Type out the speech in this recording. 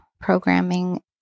Programming